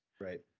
Right